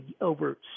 over